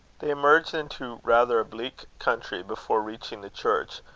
they emerged into rather a bleak country before reaching the church,